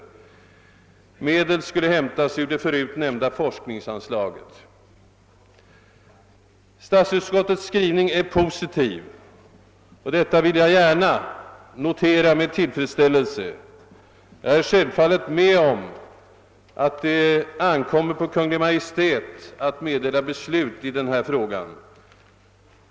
Statsutskottets skrivning är positiv, och detta vill jag gärna notera med tillfredsställelse. Jag är självfallet med om att det ankommer på Kungl. Maj:t att meddela beslut i denna fråga.